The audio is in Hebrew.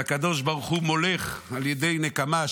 שהקדוש ברוך הוא מולך על ידי נקמה.